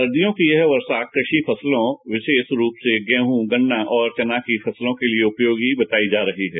सर्दियों की यह वर्षा कृषि फसलों विशेष रूप से गेहूँ गन्ना और चना की फसलों के लिए उपयोगी बताई जा रही है